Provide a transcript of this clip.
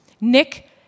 Nick